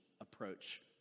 approach